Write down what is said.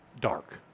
dark